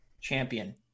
champion